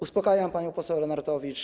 Uspokajam panią poseł Lenartowicz.